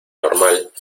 normal